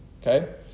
okay